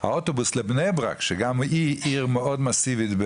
האוטובוס לבני ברק שגם היא עיר מאד מאסיבית,